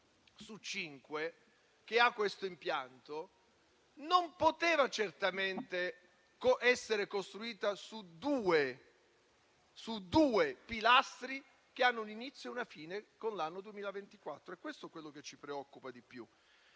su cinque che ha questo impianto non poteva certamente essere costruita su due pilastri che hanno un inizio e una fine con l'anno 2024. È questo quello che ci preoccupa di più,